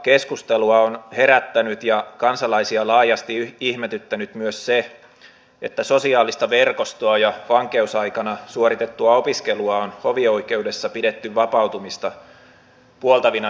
keskustelua on herättänyt ja kansalaisia laajasti ihmetyttänyt myös se että sosiaalista verkostoa ja vankeusaikana suoritettua opiskelua on hovioikeudessa pidetty vapautumista puoltavina seikkoina